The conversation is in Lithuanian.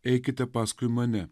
eikite paskui mane